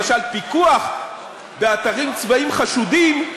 למשל, פיקוח באתרים צבאיים חשודים,